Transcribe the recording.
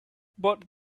but